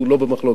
שהוא לא במחלוקת.